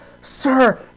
Sir